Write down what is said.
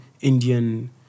Indian